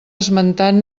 esmentant